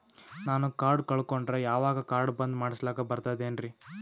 ನಾನು ಕಾರ್ಡ್ ಕಳಕೊಂಡರ ಅವಾಗ ಕಾರ್ಡ್ ಬಂದ್ ಮಾಡಸ್ಲಾಕ ಬರ್ತದೇನ್ರಿ?